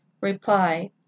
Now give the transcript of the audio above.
Reply